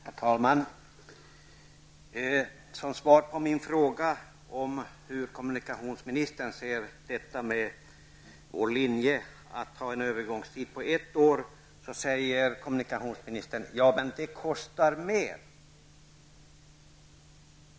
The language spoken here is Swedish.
Herr talman! Som svar på min fråga om hur kommunikationsministern ser på vår linje, att ha en övergångstid på ett år, säger kommunikationsministern: Ja men, det kostar mer.